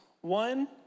One